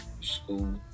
school